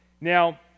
Now